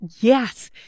Yes